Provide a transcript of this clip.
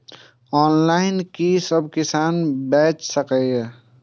Online कि सब किसान बैच सके ये?